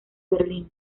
berlín